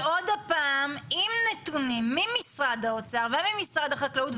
ועוד הפעם עם נתונים ממשרד האוצר וממשרד החקלאות,